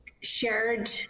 shared